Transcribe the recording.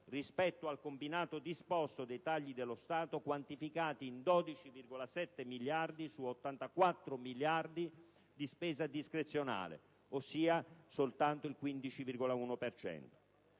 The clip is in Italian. rispetto al combinato disposto dei tagli dello Stato quantificati in 12,7 miliardi su 84 miliardi di spesa discrezionale, ossia soltanto il 15,1